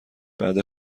بعد